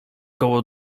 koło